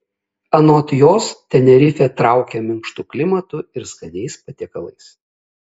anot jos tenerifė traukia minkštu klimatu ir skaniais patiekalais